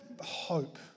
hope